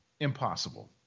Impossible